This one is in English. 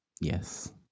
Yes